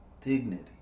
dignity